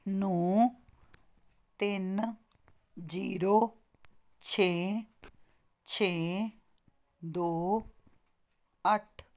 ਨੌਂ ਤਿੰਨ ਜੀਰੋ ਛੇ ਛੇ ਦੋ ਅੱਠ